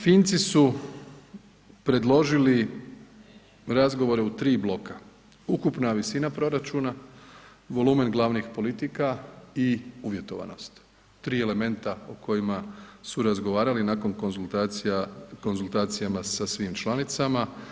Finci su predložili razgovore u 3 bloka, ukupna visina proračuna, volumen glavnih politika i uvjetovanost, 3 elementa o kojima su razgovarali nakon konzultacija, konzultacijama sa svim članicama.